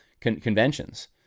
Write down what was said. conventions